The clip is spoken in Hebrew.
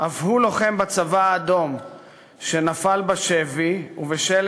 אף הוא לוחם בצבא האדום שנפל בשבי ובשל